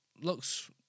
looks